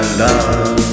love